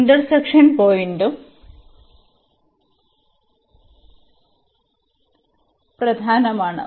intersection പോയിന്റും പ്രധാനമാണ്